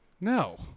No